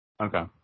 Okay